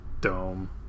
dome